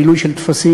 מילוי של טפסים,